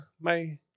my-